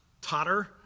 totter